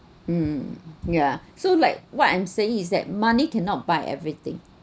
mm ya so like what I'm saying is that money cannot buy everything